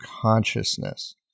consciousness